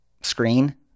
screen